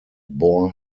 bore